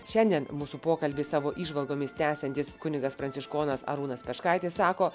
šiandien mūsų pokalbį savo įžvalgomis tęsiantis kunigas pranciškonas arūnas peškaitis sako